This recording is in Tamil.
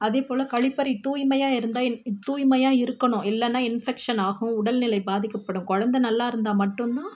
அதே போல் கழிப்பறை தூய்மையாக இருந்தால் இன் தூய்மையாக இருக்கணும் இல்லைன்னா இன்ஃபெக்ஷன் ஆகும் உடல்நிலை பாதிக்கப்படும் குழந்த நல்லா இருந்தால் மட்டுந்தான்